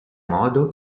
modo